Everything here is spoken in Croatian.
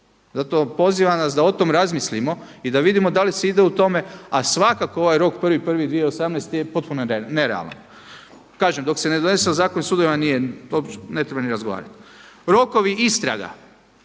Zato pozivam vas da o tome razmislimo i da vidimo da li se ide u tome, a svakako ovaj rok 1.1.2018. je potpuno nerealan. Kažem dok se ne donese Zakon o sudovima to ne treba ni razgovarati. Rokovi istraga.